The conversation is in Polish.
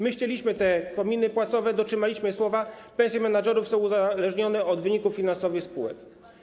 My ścięliśmy te kominy płacowe, dotrzymaliśmy słowa, pensje menedżerów są uzależnione od wyników finansowych spółek.